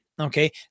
Okay